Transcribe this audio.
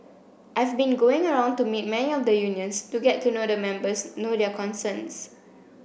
I've been going around to meet many of the unions to get to know the members know their concerns